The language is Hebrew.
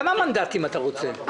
כמה מנדטים אתה רוצה?...